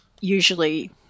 usually –